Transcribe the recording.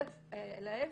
אלא להיפך,